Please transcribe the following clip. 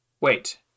Wait